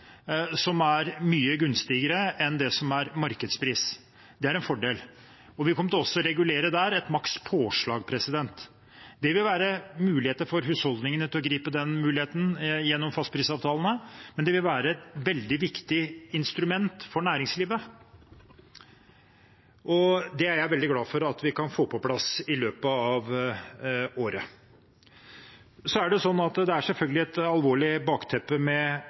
som er mye mer gunstig enn markedspris. Det er en fordel. Vi kommer også der til å regulere et makspåslag. Det vil være mulig for husholdninger til å gripe den muligheten gjennom fastprisavtalene, men det vil også være et veldig viktig instrument for næringslivet. Det er jeg veldig glad for at vi kan få på plass i løpet av året. Det er selvfølgelig et alvorlig bakteppe, med innsatsfaktorer som stiger. Det er ikke bare strøm som gjelder for næringslivet; det er